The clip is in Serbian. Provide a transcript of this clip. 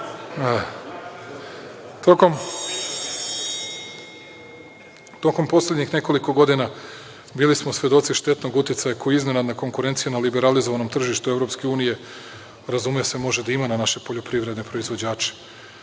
burek. Tokom poslednjih nekoliko godina bili smo svedoci štetnog uticaja koji iznenadna konkurencija na liberalizovanom tržištu EU, razume se, može da ima na naše poljoprivredne proizvođače.